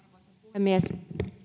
puhemies